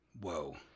Whoa